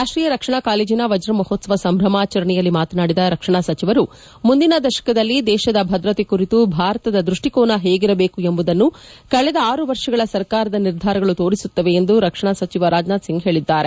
ರಾಷ್ಟೀಯ ರಕ್ಷಣಾ ಕಾಲೇಜಿನ ವಜ್ರ ಮಹೋತ್ಸವ ಸಂಭ್ರಮಾಚರಣೆಯಲ್ಲಿ ಮಾತನಾದಿದ ರಕ್ಷಣಾ ಸಚಿವರು ಮುಂದಿನ ದಶಕದಲ್ಲಿ ದೇಶದ ಭದ್ರತೆ ಕುರಿತು ಭಾರತದ ದ್ಬಡ್ಡಿಕೋನ ಹೇಗಿರಬೇಕು ಎಂಬುದನ್ನು ಕಳೆದ ಆರು ವರ್ಷಗಳ ಸರ್ಕಾರದ ನಿರ್ಧಾರಗಳು ತೋರಿಸುತ್ತವೆ ಎಂದು ರಕ್ಷಣಾ ಸಚಿವ ರಾಜನಾಥ್ ಸಿಂಗ್ ಹೇಳಿದ್ದಾರೆ